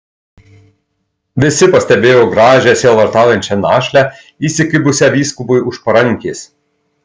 visi pastebėjo gražią sielvartaujančią našlę įsikibusią vyskupui už parankės